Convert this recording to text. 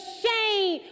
shame